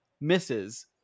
misses